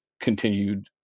continued